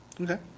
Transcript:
Okay